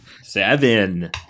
Seven